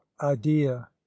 idea